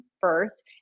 first